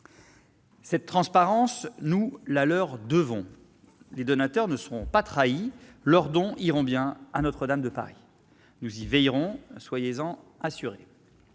Cette transparence, nous la leur devons. Les donateurs ne seront pas trahis : leurs dons iront bien à Notre-Dame de Paris. Nous y veillerons ; soyez-en assurés